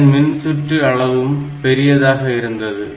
இதன் மின்சுற்று அளவும் பெரியதாக இருந்தது